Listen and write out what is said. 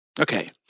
Okay